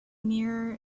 mirror